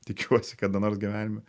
tikiuosi kada nors gyvenime